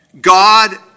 God